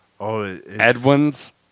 Edwin's